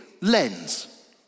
lens